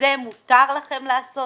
זה מותר לכם לעשות?